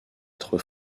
être